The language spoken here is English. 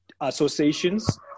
associations